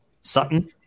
Sutton